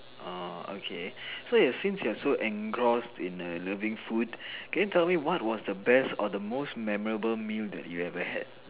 orh okay so you since you're so engrossed in err loving food can you tell me about what was your best or the most memorable food you ever had